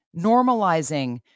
Normalizing